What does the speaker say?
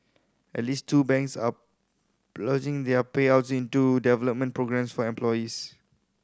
at least two banks are ploughing their payouts into development programmes for employees